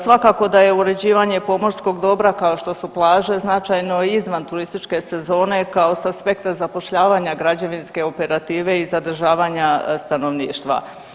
Svakako da je uređivanje pomorskog dobra kao što su plaže značajno i izvan turističke sezone kao sa aspekta zapošljavanja građevinske operative i zadržavanja stanovništva.